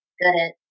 good